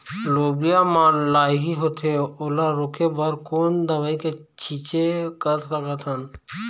लोबिया मा लाही होथे ओला रोके बर कोन दवई के छीचें कर सकथन?